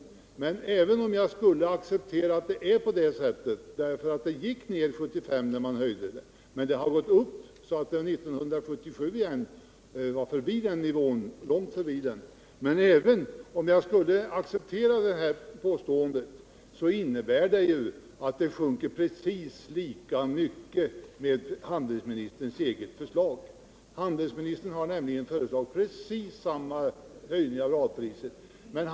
Omsättningen gick ned när vi höjde radpriset 1975, men den har sedan gått upp så att den 1977 hade gått långt förbi den nivå den hade före höjningen. Men även om jag skulle acceptera detta påstående, så är det inte något argument. Omsättningen sjunker i så fall precis lika mycket om man genomför handelsministerns eget förslag. Handelsministern har nämligen föreslagit precis samma höjning av radpriset som vi.